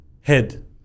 head